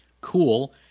cool